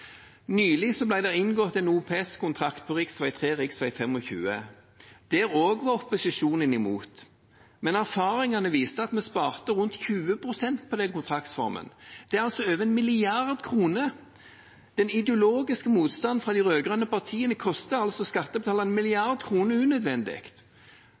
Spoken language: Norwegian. Nylig ble det inngått en OPS-kontrakt på rv. 3/rv. 25. Der var også opposisjonen imot. Men erfaringene viste at vi sparte rundt 20 pst. på den kontraktsformen. Det er altså over 1 mrd. kr. Den ideologiske motstanden fra de rød-grønne partiene koster altså skattebetalerne 1 mrd. kr unødvendig. Hvis en